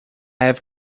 have